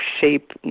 shape